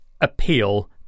appeal